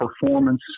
performance